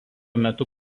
metu